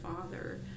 father